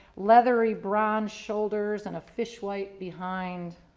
leathery brown shoulders and a fish white behind.